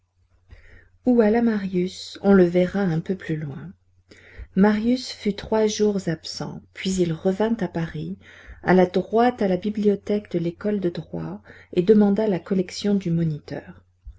où alla marius on le verra un peu plus loin marius fut trois jours absent puis il revint à paris alla droit à la bibliothèque de l'école de droit et demanda la collection du moniteur